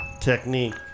Technique